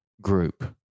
group